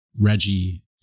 Reggie